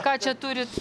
ką čia turit